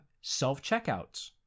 self-checkouts